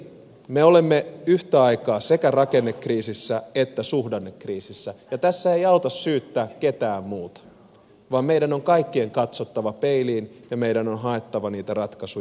me olemme yhtä aikaa sekä rakennekriisissä että suhdannekriisissä ja tässä ei auta syyttää ketään muuta vaan meidän kaikkien on katsottava peiliin ja meidän on haettava niitä ratkaisuja yhdessä